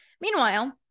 meanwhile